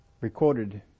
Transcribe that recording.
recorded